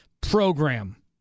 program